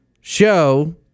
show